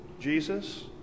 Jesus